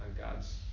God's